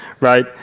right